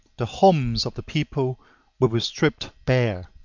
the homes of the people will be stripped bare,